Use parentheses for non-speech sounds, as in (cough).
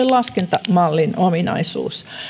(unintelligible) laskentamallin ominaisuus